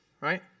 right